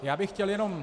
Já bych chtěl jenom...